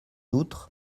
outre